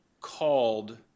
called